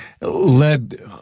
led